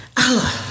Allah